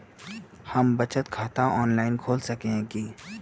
हम बचत खाता ऑनलाइन खोल सके है की?